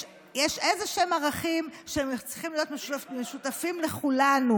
יש איזשהם ערכים שצריכים להיות משותפים לכולנו,